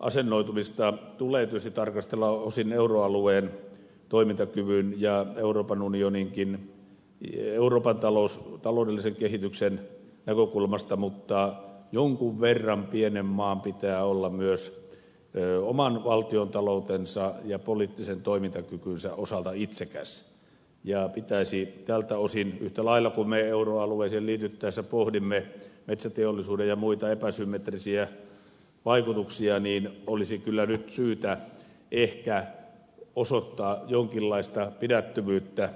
asennoitumista tulee erityisesti tarkastella osin euroalueen toimintakyvyn ja euroopan unioninkin ja euroopan taloudellisen kehityksen näkökulmasta mutta jonkun verran pienen maan pitää olla myös oman valtiontaloutensa ja poliittisen toimintakykynsä osalta itsekäs ja tältä osin yhtä lailla kuin me euroalueeseen liityttäessä pohdimme metsäteollisuuden ja muita epäsymmetrisiä vaikutuksia olisi kyllä nyt syytä ehkä osoittaa jonkinlaista pidättyvyyttä